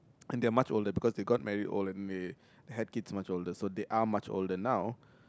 and they are much older because they got married old and they had kids much older so they are much older now